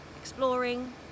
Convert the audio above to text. exploring